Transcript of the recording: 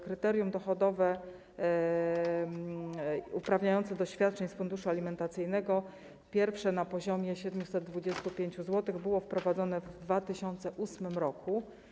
Kryterium dochodowe uprawniające do świadczeń z funduszu alimentacyjnego, pierwsze na poziomie 725 zł, było wprowadzone w 2008 r.